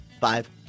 Five